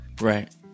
right